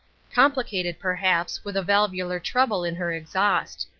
complicated, perhaps, with a valvular trouble in her exhaust.